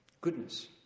goodness